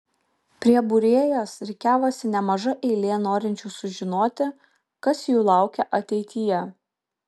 prie būrėjos rikiavosi nemaža eilė norinčių sužinoti kas jų laukia ateityje